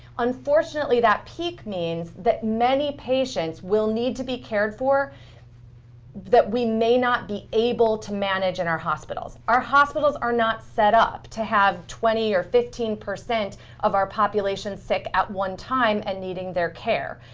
unfortunately, that peak means that many patients will need to be cared for that we may not be able to manage in our hospitals. our hospitals are not set up to have twenty percent or fifteen percent of our population sick at one time and needing their care.